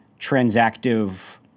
transactive –